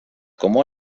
comú